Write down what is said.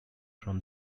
from